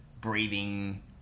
breathing